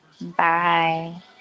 Bye